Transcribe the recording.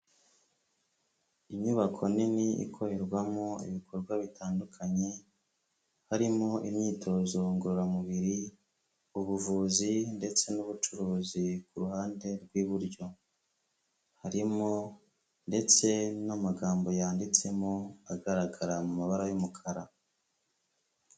Inyubako nini ikorerwamo ibikorwa bitandukanye, harimo imyitozo ngororamubiri, ubuvuzi ndetse n'ubucuruzi, ku ruhande rw'iburyo harimo ndetse n'amagambo yanditsemo agaragara mu mabara y'umukara.